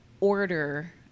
order